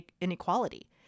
inequality